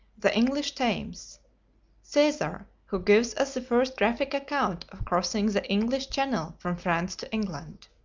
the english thames caesar who gives us the first graphic account of crossing the english channel from france to england.